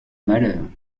malheurs